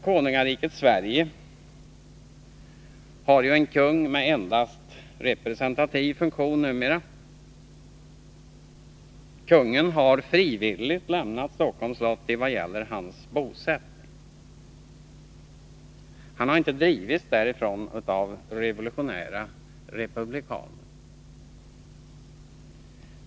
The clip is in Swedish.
Konungariket Sverige har ju en kung med endast representativ funktion numera. Kungen har frivilligt lämnat Stockholms slott i vad det gäller sin bosättning. Han har inte drivits därifrån av revolutionära republikaner.